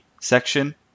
section